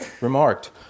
remarked